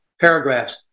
paragraphs